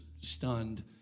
stunned